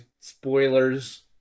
Spoilers